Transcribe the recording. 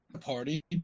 party